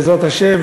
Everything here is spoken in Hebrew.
בעזרת השם,